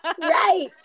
Right